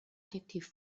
adjektiv